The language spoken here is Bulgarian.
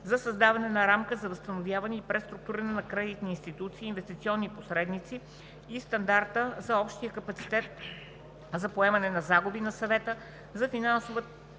за създаване на рамка за възстановяване и преструктуриране на кредитни институции и инвестиционни посредници и Стандарта за общия капацитет за поемане на загуби на Съвета за финансова